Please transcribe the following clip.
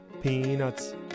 Peanuts